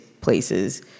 places